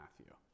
Matthew